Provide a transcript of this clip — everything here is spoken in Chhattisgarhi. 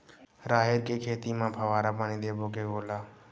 राहेर के खेती म फवारा पानी देबो के घोला?